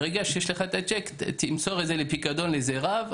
ברגע שיש לך את הצ'ק תמסור את זה לפיקדון לאיזה רב,